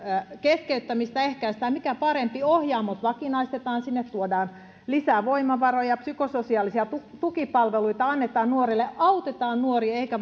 keskeyttämistä ehkäistään mikä parempi ohjaamot vakinaistetaan sinne tuodaan lisää voimavaroja psykososiaalisia tukipalveluita annetaan nuorille autetaan nuoria eikä